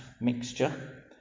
mixture